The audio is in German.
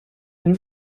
eine